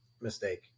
mistake